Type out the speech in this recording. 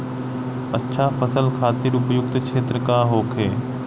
अच्छा फसल खातिर उपयुक्त क्षेत्र का होखे?